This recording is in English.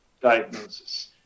diagnosis